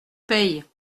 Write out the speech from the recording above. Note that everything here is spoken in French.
paye